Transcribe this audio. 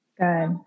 good